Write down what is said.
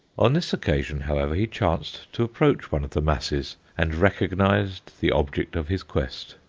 on this occasion, however, he chanced to approach one of the masses, and recognized the object of his quest.